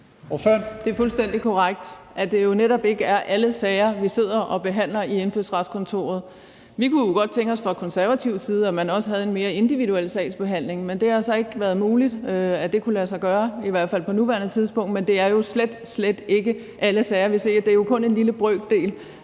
Det er fuldstændig korrekt, at det jo netop ikke er alle sager, vi sidder og behandler i Indfødsretsudvalget. Vi kunne jo godt tænke os fra konservativ side, at man også havde en mere individuel sagsbehandling, men det har så ikke været muligt, at det kunne lade sig gøre, i hvert fald på nuværende tidspunkt, men det er jo slet, slet ikke alle sager, vi ser. Det er jo kun en lille brøkdel